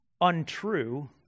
untrue